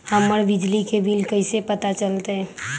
हमर बिजली के बिल कैसे पता चलतै?